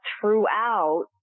throughout